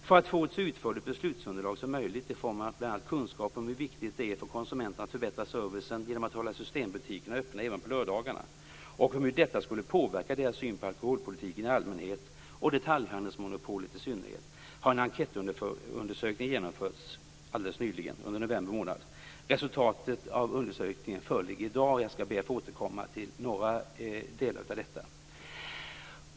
För att få ett så utförligt beslutsunderlag som möjligt i form av bl.a. kunskap om hur viktigt det är för konsumenterna att förbättra servicen genom att hålla systembutikerna öppna även på lördagarna och om hur detta skulle påverka deras syn på alkoholpolitiken i allmänhet och detaljhandelsmonopolet i synnerhet har en enkätundersökning genomförts under november månad. Resultatet av undersökningen föreligger i dag, och jag skall be att få återkomma till några delar av detta.